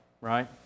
right